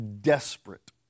desperate